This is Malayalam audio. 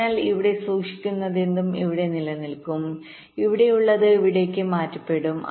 അതിനാൽ ഇവിടെ സൂക്ഷിച്ചിരിക്കുന്നതെന്തും ഇവിടെ നിലനിൽക്കും ഇവിടെയുള്ളത് ഇവിടേക്ക് മാറ്റപ്പെടും